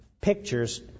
pictures